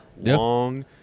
long